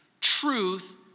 Truth